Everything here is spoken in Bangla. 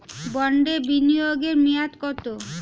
বন্ডে বিনিয়োগ এর মেয়াদ কত?